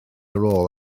rôl